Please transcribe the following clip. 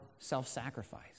Self-sacrifice